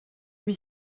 lui